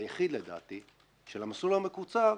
היחיד לדעתי של המסלול המקוצר,